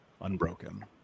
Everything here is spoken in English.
unbroken